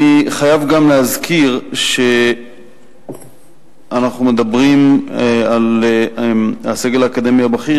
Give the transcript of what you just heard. אני חייב גם להזכיר שאנחנו מדברים על הסגל האקדמי הבכיר,